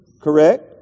Correct